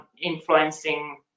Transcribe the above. influencing